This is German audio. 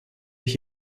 ich